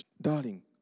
darling